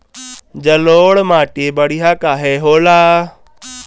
जलोड़ माटी बढ़िया काहे होला?